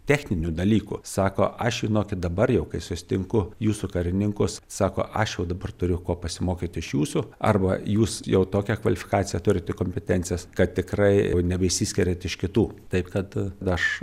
techninių dalykų sako aš žinokit dabar jau kai susitinku jūsų karininkus sako aš jau dabar turiu ko pasimokyt iš jūsų arba jūs jau tokią kvalifikaciją turite kompetencijas kad tikrai jau nebeišsiskiriat iš kitų taip kad aš